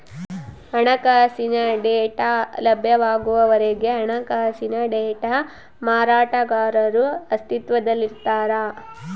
ಹಣಕಾಸಿನ ಡೇಟಾ ಲಭ್ಯವಾಗುವವರೆಗೆ ಹಣಕಾಸಿನ ಡೇಟಾ ಮಾರಾಟಗಾರರು ಅಸ್ತಿತ್ವದಲ್ಲಿರ್ತಾರ